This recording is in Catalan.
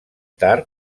tard